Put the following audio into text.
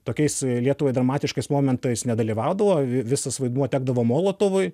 tokiais lietuvai dramatiškais momentais nedalyvaudavo vi visas vaidmuo tekdavo molotovui